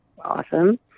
awesome